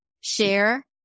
share